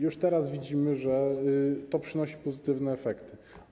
Już teraz widzimy, że to przynosi pozytywne efekty.